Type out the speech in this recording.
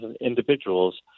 individuals